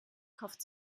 kauft